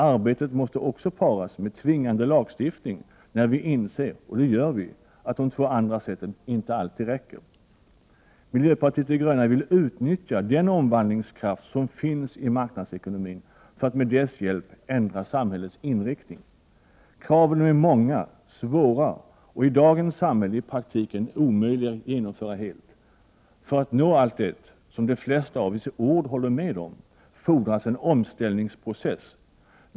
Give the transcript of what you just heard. Arbetet måste också paras med tvingande lagstiftning när vi inser — och det gör vi — att de två andra sätten inte alltid räcker. Miljöpartiet de gröna vill utnyttja den omvandlingskraft som finns i marknadsekonomin för att med dess hjälp ändra samhällets inriktning. Kraven är många, svåra och i dagens samhälle i praktiken omöjliga att genomföra helt. För att nå allt det — som de flesta av oss i ord håller med om —- fordras en omställningsprocess.